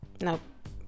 Nope